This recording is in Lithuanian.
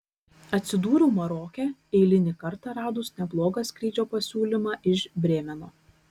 atsidūriau maroke eilinį kartą radus neblogą skrydžio pasiūlymą iš brėmeno